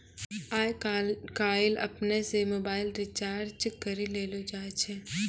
आय काइल अपनै से मोबाइल रिचार्ज करी लेलो जाय छै